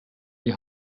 die